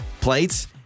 Plates